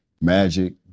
Magic